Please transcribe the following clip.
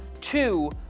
two